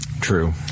True